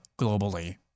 globally